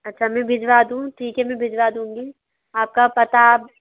अच्छा मैं भिजवा दूँ ठीक है मैं भिजवा दूँगी आपका पता